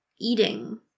eating